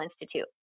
Institute